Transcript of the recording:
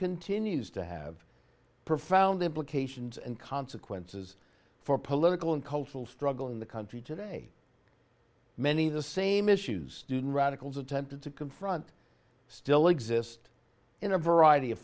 continues to have profound implications and consequences for political and cultural struggle in the country today many of the same issues juden radicals attempted to confront still exist in a variety of